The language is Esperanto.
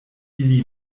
ili